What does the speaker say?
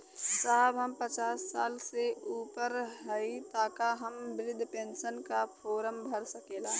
साहब हम पचास साल से ऊपर हई ताका हम बृध पेंसन का फोरम भर सकेला?